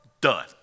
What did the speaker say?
done